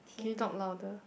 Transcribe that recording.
can you talk louder